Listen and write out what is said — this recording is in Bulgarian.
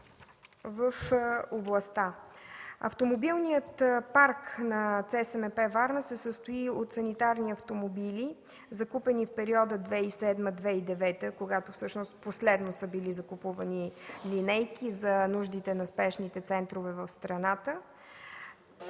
в областта. Автомобилният парк на ЦСМП – Варна, се състои от санитарни автомобили, закупени в периода 2007-2009 г., когато последно са били закупувани линейки за нуждите на спешните центрове в страната.